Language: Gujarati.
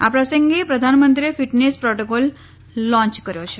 આ પ્રસંગે પ્રધાનમંત્રીએ ફિટનેસ પ્રોટોકોલ લોન્ય કર્યો છે